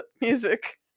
music